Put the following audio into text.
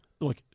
look